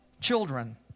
children